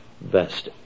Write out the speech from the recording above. best